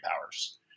powers